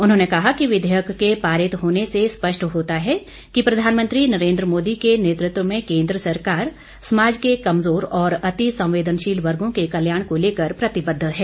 उन्होंने कहा कि विघेयक के पारित होने से स्पष्ट होता हैं कि प्रधानमंत्री नरेन्द्र मोदी के नेतृत्व में केन्द्र सरकार समाज के कमजोर और अतिसंवेदनशील वर्गों के कल्याण को लेकर प्रतिबद्ध है